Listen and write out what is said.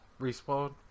Respawn